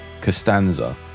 Costanza